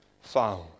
found